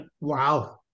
Wow